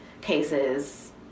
cases